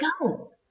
go